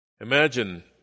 Imagine